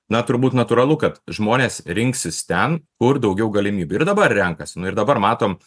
na turbūt natūralu kad žmonės rinksis ten kur daugiau galimybių ir dabar renkasi nu ir dabar matom